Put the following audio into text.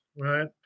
right